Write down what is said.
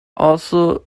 also